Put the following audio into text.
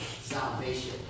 salvation